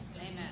amen